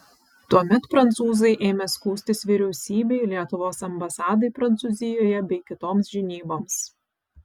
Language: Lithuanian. tuomet prancūzai ėmė skųstis vyriausybei lietuvos ambasadai prancūzijoje bei kitoms žinyboms